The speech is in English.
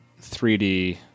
3D